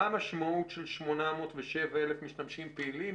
מה המשמעות של 807 אלף משתמשים פעילים,